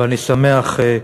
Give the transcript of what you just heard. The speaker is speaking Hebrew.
ואני שמח,